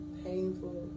painful